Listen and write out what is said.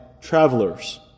travelers